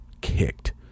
kicked